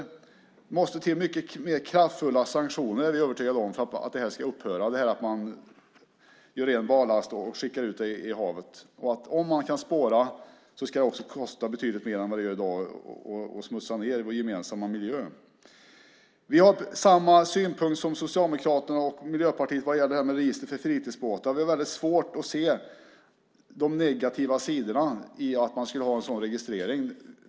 Jag är övertygad om att det måste till mycket kraftfullare sanktioner för att det här ska upphöra, till exempel att man gör rent barlast och skickar ut i havet. Om man kan spåras ska det också kosta betydligt mer än vad det gör i dag att smutsa ned vår gemensamma miljö. Vi har samma synpunkter som Socialdemokraterna och Miljöpartiet när det gäller register för fritidsbåtar. Det är väldigt svårt att se de negativa sidorna med en sådan registrering.